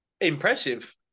Impressive